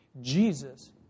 Jesus